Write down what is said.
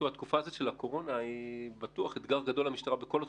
התקופה הזאת של הקורונה מהווה אתגר גדול למשטרה בכל התחומים.